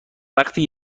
وقتی